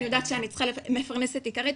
אני יודעת שאני מפרנסת עיקרית,